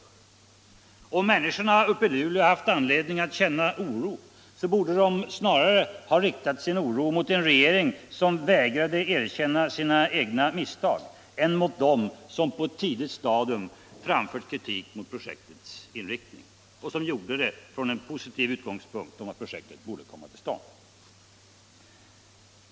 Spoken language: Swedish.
Om människorna i Luleå haft anledning att känna oro, borde de snarare ha riktat sin oro mot en regering som vägrat erkänna sina egna misstag än mot dem som på ett tidigt stadium framfört kritik mot projektets inriktning och som gjort det från den positiva utgångspunkten att projektet borde komma till stånd.